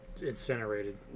incinerated